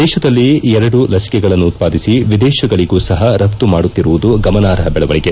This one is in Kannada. ದೇಶದಲ್ಲಿ ಎರಡು ಲಸಿಕೆಗಳನ್ನು ಉತ್ಪಾದಿಸಿ ವಿದೇಶಗಳಗೂ ಸಹ ರಫ್ತು ಮಾಡುತ್ತಿರುವುದು ಗಮನಾರ್ಹ ದೆಳವಣಿಗೆ